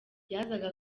yazaga